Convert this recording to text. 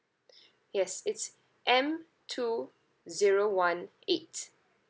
yes it's M two zero one eight